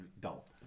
dull